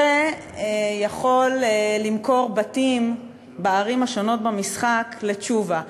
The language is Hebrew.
והוא יכול למכור בתים בערים השונות במשחק לתשובה,